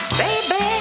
baby